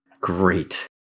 Great